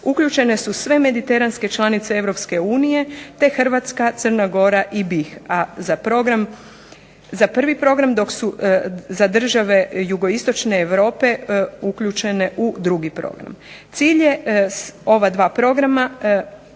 uključene su sve mediteranske članice EU te Hrvatska, Crna Gora i BiH, a za prvi program dok su za države Jugoistočne Europe uključene u drugi program. Cilj je ova 2 programa